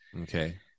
Okay